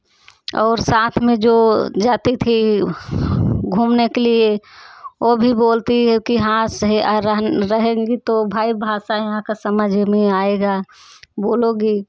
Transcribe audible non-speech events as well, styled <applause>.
और साथ में जो जाती थी घूमने के लिए वह भी बोलती है कि हाँ सही <unintelligible> रहेंगी तो ओ भाई भाषा यहाँ का समझ में आएगा बोलो भी